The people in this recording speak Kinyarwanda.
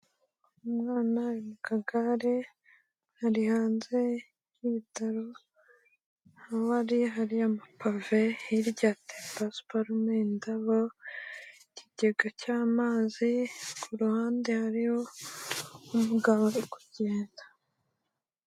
Umwana uri mu kagare ari hanze y'ibitaro, aho ari hari amapave, hirya hateye pasuparume, indabo, ikigega cy'amazi, ku ruhande hariho umugabo uri kugenda.